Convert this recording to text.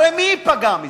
הרי מי ייפגע מזה?